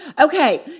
Okay